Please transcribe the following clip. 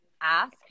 ask